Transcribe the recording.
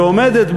שעומדת,